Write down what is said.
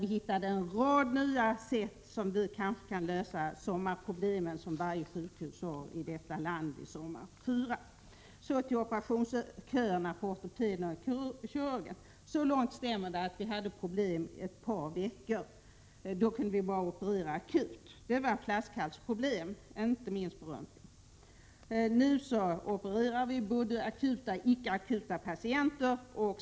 Då hittade vi en rad nya sätt som kanske kan lösa de sommarproblem som varje sjukhus i detta land har. För det fjärde: När det gäller operationsköerna på ortopeden och kirurgen stämmer det att vi har haft problem ett par veckor och endast kunnat operera akut. Det var flaskhalsproblem — inte minst på röntgenavdelningen. Nu opereras både akuta och icke akuta patienter.